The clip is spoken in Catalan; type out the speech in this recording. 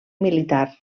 militar